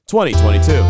2022